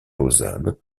lausanne